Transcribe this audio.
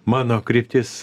mano kryptis